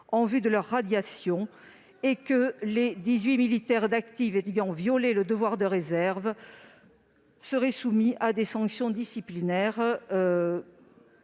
en vue de leur radiation et les 18 militaires d'active ayant violé le devoir de réserve seront soumis à des sanctions disciplinaires,